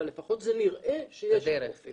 אבל לפחות זה נראה שיש אופק.